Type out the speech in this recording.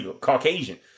Caucasian